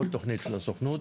עוד תוכנית של הסוכנות.